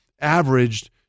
averaged